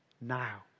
now